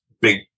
big